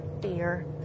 fear